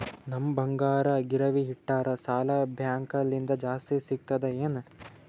ನಮ್ ಬಂಗಾರ ಗಿರವಿ ಇಟ್ಟರ ಸಾಲ ಬ್ಯಾಂಕ ಲಿಂದ ಜಾಸ್ತಿ ಸಿಗ್ತದಾ ಏನ್?